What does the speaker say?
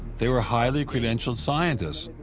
they were highly credentialed scientists.